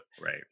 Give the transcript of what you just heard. Right